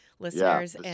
Listeners